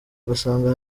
ugasanga